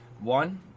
One